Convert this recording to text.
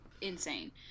insane